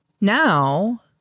now